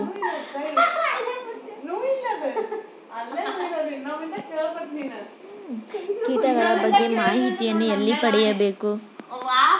ಕೀಟಗಳ ಬಗ್ಗೆ ಮಾಹಿತಿಯನ್ನು ಎಲ್ಲಿ ಪಡೆಯಬೇಕು?